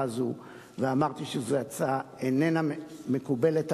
הזו ואמרתי שזו הצעה שאיננה מקובלת עלי,